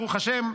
ברוך השם,